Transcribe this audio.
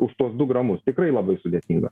už tuos du gramus tikrai labai sudėtinga